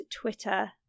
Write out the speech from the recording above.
Twitter